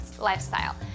lifestyle